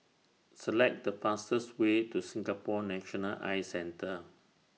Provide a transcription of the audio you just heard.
Select The fastest Way to Singapore National Eye Centre